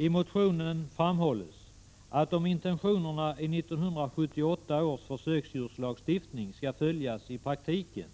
I motionen framhålls att om intentionerna i 1978 års försöksdjurslagstiftning i praktiken